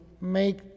make